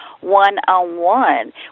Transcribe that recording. one-on-one